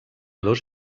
dos